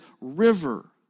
river